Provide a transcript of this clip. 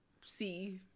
see